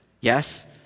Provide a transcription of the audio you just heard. yes